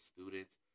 students